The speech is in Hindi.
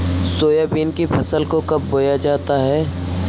सोयाबीन की फसल को कब बोया जाता है?